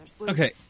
Okay